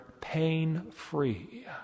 pain-free